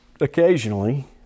occasionally